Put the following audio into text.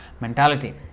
mentality